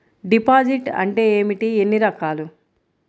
Deposit అంటే ఏమిటీ ఎన్ని రకాలు?